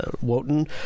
Wotan